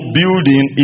building